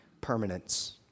permanence